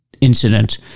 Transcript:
incident